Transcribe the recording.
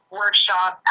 workshop